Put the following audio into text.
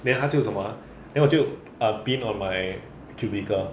then 他就什么 ah then 我就 ah pin on my cubicle